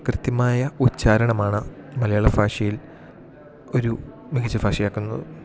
കൃത്യമായ ഉച്ചാരണമാണ് മലയാള ഫാഷയിൽ ഒരു മികച്ച ഫാഷയാക്കുന്നത്